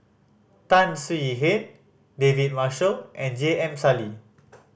Tan Swie Hian David Marshall and J M Sali